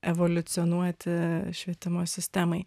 evoliucionuoti švietimo sistemai